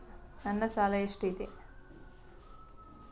ನನ್ನ ಸಾಲ ಎಷ್ಟು ಇದೆ?